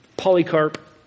Polycarp